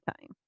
time